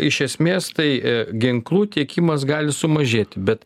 iš esmės tai ginklų tiekimas gali sumažėti bet